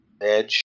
edge